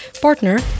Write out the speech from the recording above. partner